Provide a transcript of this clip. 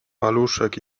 paluszek